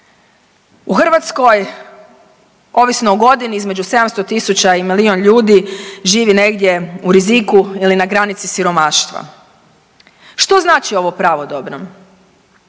U Hrvatskoj ovisno o godini između 700 tisuća i milijun ljudi živi negdje u riziku ili na granici siromaštva. Što znači ovo pravodobno?